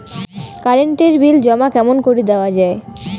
Current এর bill জমা কেমন করি দেওয়া যায়?